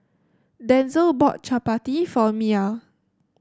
Denzel bought Chapati for Mya